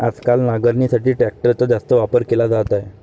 आजकाल नांगरणीसाठी ट्रॅक्टरचा जास्त वापर केला जात आहे